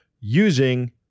using